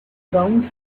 grounds